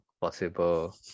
possible